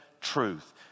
truth